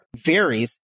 varies